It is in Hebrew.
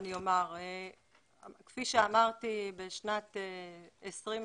כפי שאמרתי בשנת 2020,